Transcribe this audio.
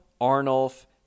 Arnulf